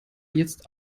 jetzt